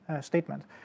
statement